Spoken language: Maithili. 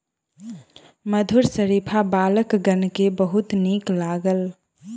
मधुर शरीफा बालकगण के बहुत नीक लागल